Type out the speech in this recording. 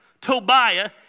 Tobiah